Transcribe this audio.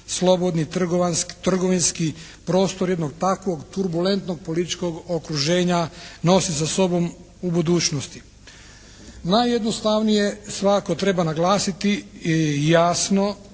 slobodni trgovinski prostor, jednog takvog turbulentnog političkog okruženja nosi sa sobom u budućnosti. Najjednostavnije svakako treba naglasiti jasno